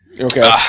Okay